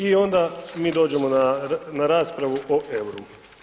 I onda mi dođemo na raspravu o euru.